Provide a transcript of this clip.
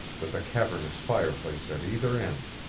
with a cavernous fireplace at either end.